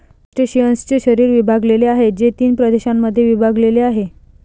क्रस्टेशियन्सचे शरीर विभागलेले आहे, जे तीन प्रदेशांमध्ये विभागलेले आहे